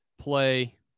play